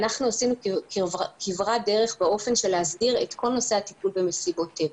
אנחנו עשינו כברת דרך באשר להסדרת כל נושא הטיפול במסיבות טבע.